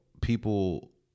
people